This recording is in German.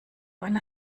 einer